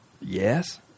Yes